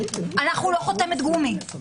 אנחנו לא חותמת גומי.